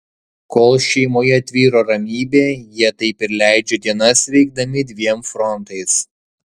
kol šeimoje tvyro ramybė jie taip ir leidžia dienas veikdami dviem frontais